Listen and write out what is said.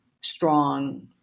strong